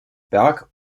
berg